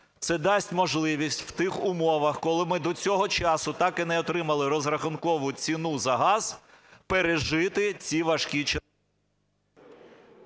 Це дасть можливість в тих умовах, коли ми до цього часу так і не отримали розрахункову ціну за газ, пережити ці важкі …